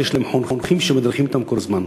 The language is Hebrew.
ויש להם חונכים שמדריכים אותם כל הזמן.